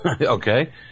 Okay